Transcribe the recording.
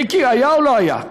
מיקי, היה או לא היה?